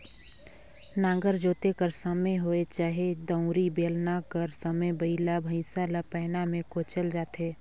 नांगर जोते कर समे होए चहे दउंरी, बेलना कर समे बइला भइसा ल पैना मे कोचल जाथे